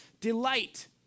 delight